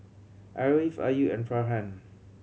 Ariff Ayu and Farhan